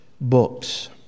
books